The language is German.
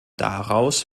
daraus